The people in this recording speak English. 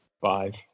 Five